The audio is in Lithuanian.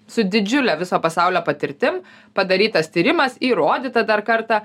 su didžiule viso pasaulio patirtim padarytas tyrimas įrodyta dar kartą